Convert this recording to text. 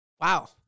Wow